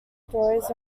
stories